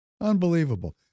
Unbelievable